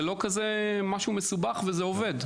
זה לא משהו מסובך, וזה עובד.